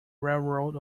railroad